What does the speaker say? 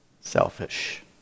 selfish